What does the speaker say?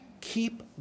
Keep